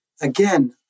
Again